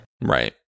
Right